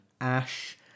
ash